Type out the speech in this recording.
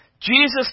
Jesus